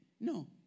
No